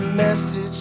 message